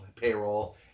payroll